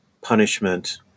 punishment